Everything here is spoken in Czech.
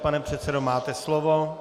Pane předsedo, máte slovo.